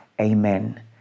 amen